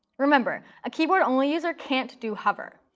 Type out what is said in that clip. remember, a keyboard-only user can't do hover,